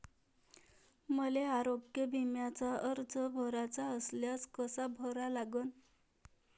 मले आरोग्य बिम्याचा अर्ज भराचा असल्यास कसा भरा लागन?